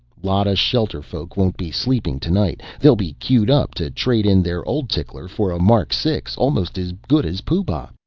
lot of shelterfolk won't be sleeping tonight. they'll be queued up to trade in their old tickler for a mark six almost as good as pooh-bah.